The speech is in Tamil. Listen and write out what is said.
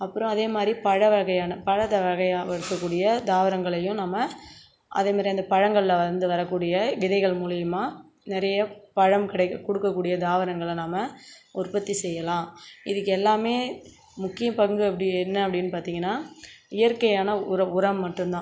அப்புறம் அதேமாதிரி பழ வகையான பழத்தை வகையாக இருக்கக்கூடிய தாவரங்களையும் நம்ம அதேமாதிரி அந்த பழங்களில் வந்து வரக்கூடிய விதைகள் மூலியமாக நிறைய பழம் கிடைக்க கொடுக்கக்கூடிய தாவரங்களை நம்ம உற்பத்தி செய்யலாம் இதுக்கு எல்லாம் முக்கிய பங்கு அப்படி என்ன அப்டின்னு பார்த்தீங்கனா இயற்கையான உர உரம் மட்டும் தான்